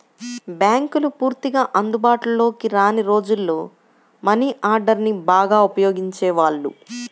బ్యేంకులు పూర్తిగా అందుబాటులోకి రాని రోజుల్లో మనీ ఆర్డర్ని బాగా ఉపయోగించేవాళ్ళు